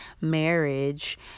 marriage